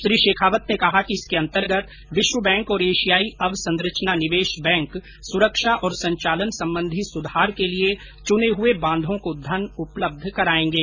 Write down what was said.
श्री शेखावत ने कहा कि इसके अंतर्गत विश्व बैंक और एशियाई अवसंरचना निवेश बैंक सुरक्षा और संचालन संबंधी सुधार के लिए चुने हुए बांधों को धन उपलब्ध कराएंगे